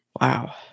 Wow